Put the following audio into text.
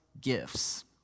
gifts